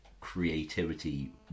Creativity